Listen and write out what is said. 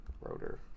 rotor